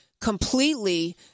completely